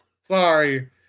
Sorry